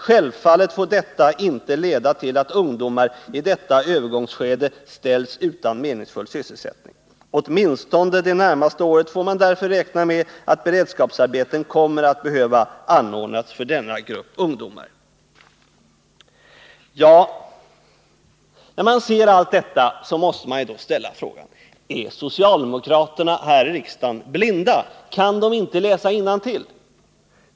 Självfallet får detta inte leda till att ungdomar i detta övergångsskede ställs utan meningsfull sysselsättning. Åtminstone det närmaste året får man därför räkna med att beredskapsarbeten kommer att behöva anordnas för denna grupp ungdo Efter att ha läst allt detta måste man ställa frågorna: Är socialdemokraterna här i riksdagen blinda? Kan de inte läsa innantill?